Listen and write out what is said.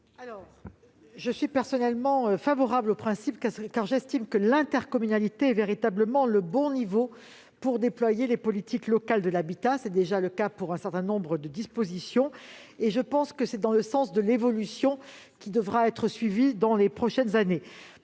? Je suis personnellement favorable au principe, car j'estime que l'intercommunalité est véritablement le bon niveau pour déployer les politiques locales de l'habitat. C'est déjà le cas pour un certain nombre de dispositifs. À mon avis, c'est l'évolution que nous devrons suivre dans les prochaines années.